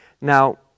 Now